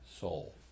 soul